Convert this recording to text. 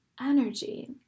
energy